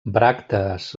bràctees